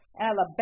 Alabama